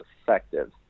effective